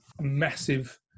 massive